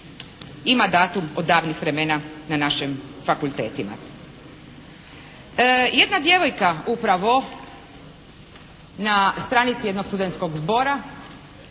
ima datum od davnih vremena na našim fakultetima. Jedna djevojka upravo na stranici jednog studentskog zbora